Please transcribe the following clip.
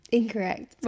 incorrect